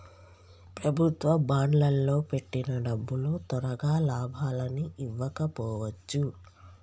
ప్రభుత్వ బాండ్లల్లో పెట్టిన డబ్బులు తొరగా లాభాలని ఇవ్వకపోవచ్చు